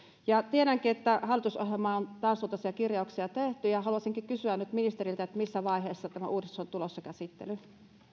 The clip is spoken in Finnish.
tiedänkin että hallitusohjelmaan on tämänsuuntaisia kirjauksia tehty ja haluaisinkin kysyä nyt ministeriltä missä vaiheessa tämä uudistus on tulossa käsittelyyn